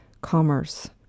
commerce